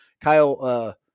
Kyle